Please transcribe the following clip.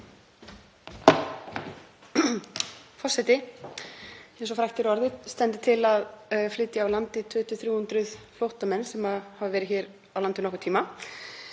Forseti. Eins og frægt er orðið stendur til að flytja úr landi 200–300 flóttamenn sem hafa verið hér á landi nokkurn tíma.